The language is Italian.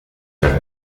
per